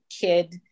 kid